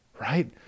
right